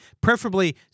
Preferably